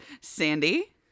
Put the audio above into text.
Sandy